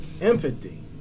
Empathy